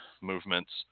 movements